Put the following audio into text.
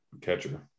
catcher